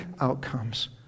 outcomes